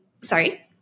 sorry